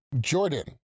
Jordan